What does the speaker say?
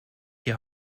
die